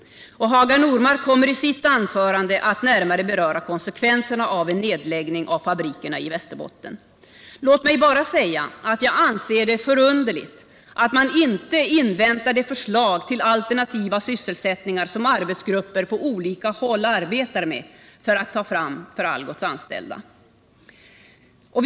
Hagar Normark kommer i sitt anförande att närmare beröra konsekven serna av en nedläggning av fabrikerna i Västerbotten. Låt mig bara säga att jag anser det vara förunderligt att man inte inväntar de förslag till alternativa sysselsättningar för Algots anställda som arbetsgrupper på olika håll arbetar med.